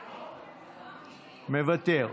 מוותר.